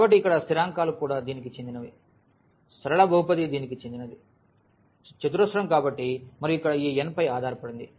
కాబట్టి ఇక్కడ స్థిరాంకాలు కూడా దీనికి చెందినవి సరళ బహుపది దీనికి చెందినది చతురస్రం కాబట్టి మరియు ఇక్కడ ఈ n పై ఆధారపడింది